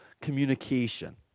communication